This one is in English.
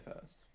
first